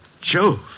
Jove